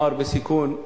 "נוער בסיכון",